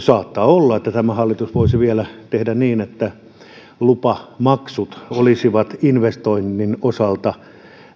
saattaa olla että tämä hallitus voisi vielä tehdä niin että lupamaksut olisivat investoinnin osalta